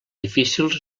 difícils